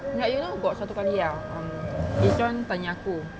like you know got satu kali ah izuan tanya aku